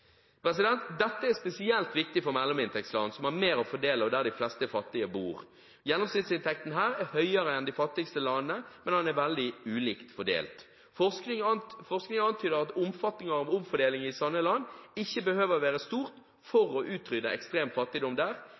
Dette er spesielt viktig for mellominntektsland, som har mer å fordele, og der de fleste fattige bor. Gjennomsnittsinntekten her er høyere enn i de fattigste landene, men den er veldig ulikt fordelt. Forskning antyder at omfanget av omfordelingen i samme land ikke behøver å være stort for å utrydde ekstrem fattigdom